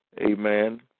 Amen